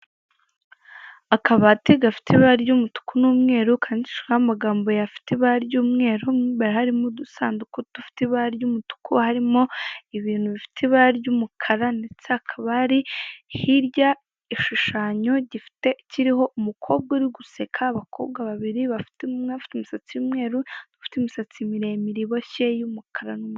akabati gafite ibara ry'umutuku n'umweru kandiraho'ama yafite ibara ry'umweruba harimo udusanduku dufite ibara ry'umutuku harimo ibintu bifite ibara ry'umukara ndetse ha akaba ari hirya igishushanyo gi kiriho umukobwa uri guseka abakobwa babiri bafite inku umwe afite imisatsimweru dufite imisatsi miremire iboshye y'umukara n'umweru